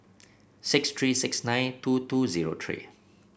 six three six nine two two zero three